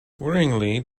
worryingly